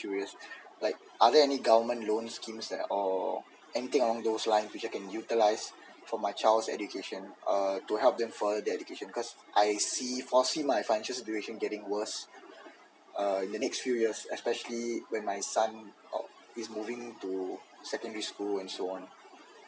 curious like are there any government loan schemes like or anything along those line which I can utilize for my child's education uh to help them further their education cause I see foresee my financial situation getting worse err in the next few years especially when my son is moving to secondary school and so on